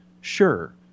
Sure